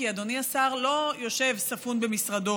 כי אדוני השר לא יושב ספון במשרדו